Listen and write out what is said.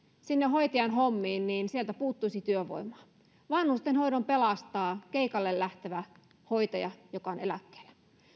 sinne hoitajan hommiin sieltä puuttuisi työvoimaa vanhustenhoidon pelastaa keikalle lähtevä hoitaja joka on eläkkeellä